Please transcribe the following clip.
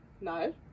No